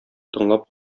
тыңлап